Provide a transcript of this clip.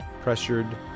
pressured